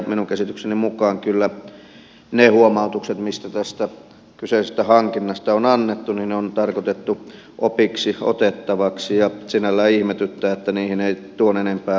minun käsitykseni mukaan kyllä ne huomautukset mitä tästä kyseisestä hankinnasta on annettu on tarkoitettu opiksi otettavaksi ja sinällään ihmetyttää että niihin ei tuon enempää ole kiinnitetty huomiota